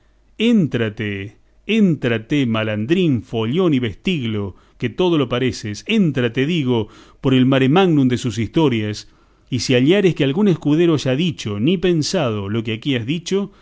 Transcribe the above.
éntrate éntrate malandrín follón y vestiglo que todo lo pareces éntrate digo por el mare magnum de sus historias y si hallares que algún escudero haya dicho ni pensado lo que aquí has dicho